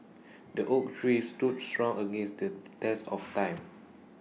the oak tree stood strong against the test of time